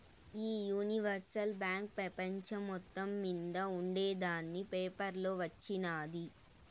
ఈ universal bank పెపంచం మొత్తం మింద ఉండేందని పేపర్లో వచిన్నాది